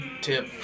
tip